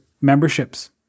memberships